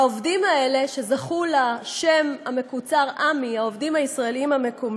העובדים האלה, שזכו לשם המקוצר עמ"י,